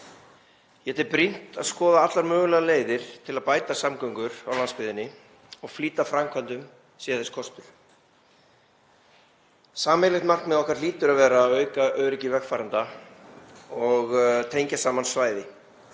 Ég tel brýnt að skoða allar mögulegar leiðir til að bæta samgöngur á landsbyggðinni og flýta framkvæmdum sé þess kostur. Sameiginlegt markmið okkar hlýtur að vera að auka öryggi vegfarenda og tengja saman svæði